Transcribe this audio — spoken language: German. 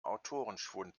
autorenschwund